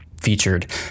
featured